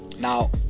Now